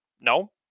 No